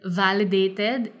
validated